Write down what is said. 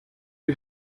who